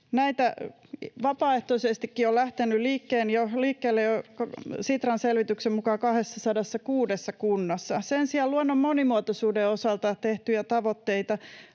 Vapaaehtoisestikin näitä on lähtenyt Sitran selvityksen mukaan liikkeelle jo 206 kunnassa. Sen sijaan luonnon monimuotoisuuden osalta tehtyjä tavoitteita